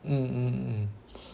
mm mm mm